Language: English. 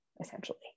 essentially